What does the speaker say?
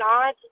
God